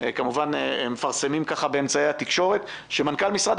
כמובן מפרסמים כך באמצעי התקשורת שמנכ"ל משרד